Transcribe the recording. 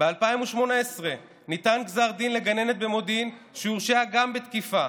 ב-2018 ניתן גזר דין לגננת במודיעין שגם היא הורשעה בתקיפה.